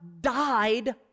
died